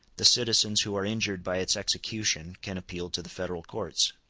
the citizens who are injured by its execution can appeal to the federal courts.